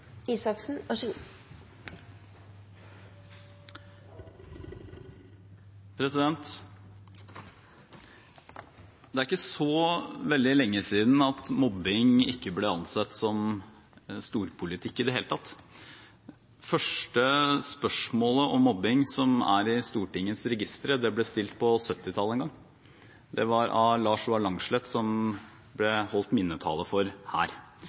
Det er ikke så veldig lenge siden mobbing ikke ble ansett som storpolitikk i det hele tatt. Det første spørsmålet om mobbing som er i Stortingets registre, ble stilt på 1970-tallet en gang. Det var av Lars Roar Langslet, som det ble holdt minnetale for her